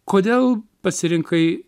kodėl pasirinkai